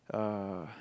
uh